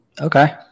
Okay